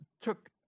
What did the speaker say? took